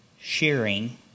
sharing